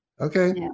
Okay